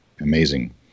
amazing